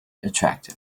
attractive